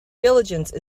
diligence